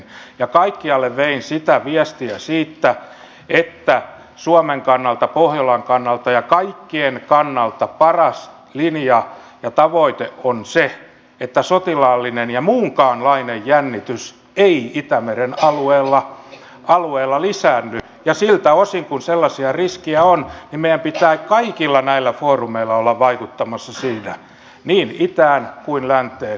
ja kaikkialle vein viestiä siitä että suomen kannalta pohjolan kannalta ja kaikkien kannalta paras linja ja tavoite on se että sotilaallinen tai muunkaanlainen jännite ei itämeren alueella lisäänny ja siltä osin kuin sellaisia riskejä on meidän pitää kaikilla näillä foorumeilla olla vaikuttamassa siinä niin itään kuin länteen